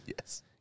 Yes